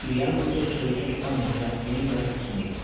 ক্ৰীড়াৰ সৈতে জড়িত থকা মহিলা তিনিগৰাকীক চিনি পাওঁ